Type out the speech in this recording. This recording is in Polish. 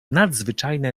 nadzwyczajne